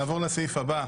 נעבור לסעיף הבא.